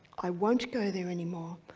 i won't go there anymore,